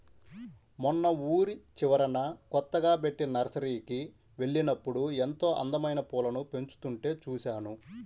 మొన్న ఊరి చివరన కొత్తగా బెట్టిన నర్సరీకి వెళ్ళినప్పుడు ఎంతో అందమైన పూలను పెంచుతుంటే చూశాను